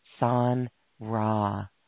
Sanra